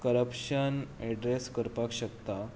corruption address करपाक शकता